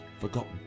forgotten